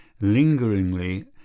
lingeringly